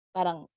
Parang